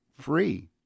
free